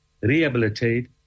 rehabilitate